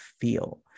feel